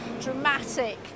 dramatic